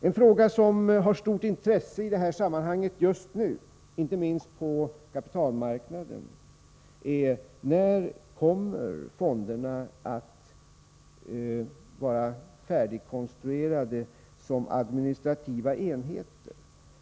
En fråga som är av stort intresse i detta sammanhang just nu, inte minst på kapitalmarknaden, är när fonderna kommer att vara färdigkonstruerade som administrativa enheter.